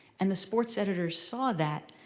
and the sports editors saw that.